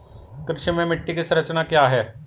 कृषि में मिट्टी की संरचना क्या है?